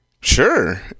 sure